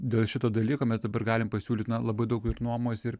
dėl šito dalyko mes dabar galim pasiūlyt na labai daug ir nuomos ir